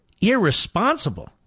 irresponsible